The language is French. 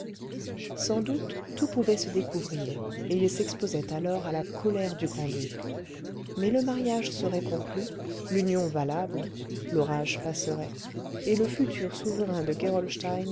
sans doute tout pouvait se découvrir et il s'exposait alors à la colère du grand-duc mais le mariage serait conclu l'union valable l'orage passerait et le futur souverain de